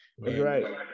Right